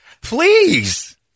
Please